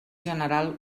general